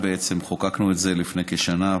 חוקקנו את זה לפני כשנה,